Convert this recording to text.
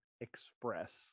express